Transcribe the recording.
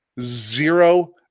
zero